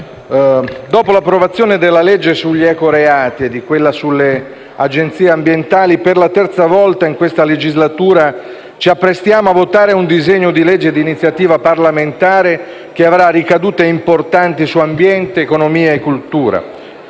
dopo l'approvazione della legge sugli ecoreati e di quella sulla agenzie ambientali, per la terza volta in questa legislatura ci apprestiamo a votare un disegno di legge di iniziativa parlamentare che avrà ricadute importanti su ambiente, economia e cultura.